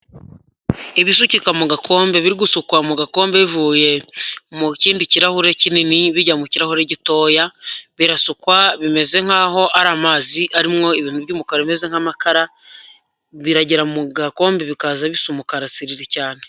Ibisukika mu gakombe biri gusukwa mu gakombe, bivuye mu kindi kirahure kinini bijya mu kirahure gitoya, birasukwa bimeze nk'aho ari amazi, arimo ibintu by'umukara bimeze nk'amakara, biragera mu gakombe bikaza bisa umukara tsirira cyane.